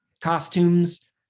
costumes